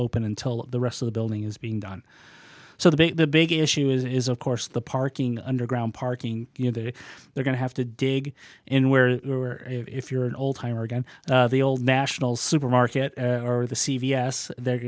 open until the rest of the building is being done so the big issue is of course the parking underground parking you know that they're going to have to dig in where you are if you're an old timer again the old national supermarket or the c v s they're